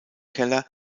keller